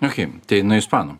okei tai nuo ispanų